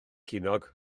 ceiniog